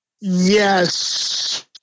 Yes